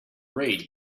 read